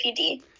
pd